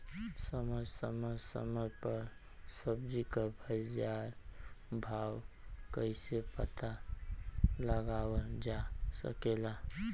समय समय समय पर सब्जी क बाजार भाव कइसे पता लगावल जा सकेला?